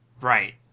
Right